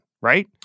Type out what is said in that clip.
right